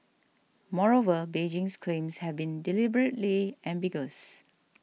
moreover Beijing's claims have been deliberately ambiguous